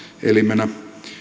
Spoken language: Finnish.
elimenä